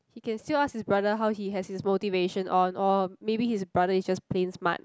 he can still ask his brother how he has his motivation on or maybe his brother is just plain smart